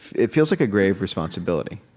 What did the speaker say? it feels like a grave responsibility.